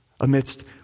amidst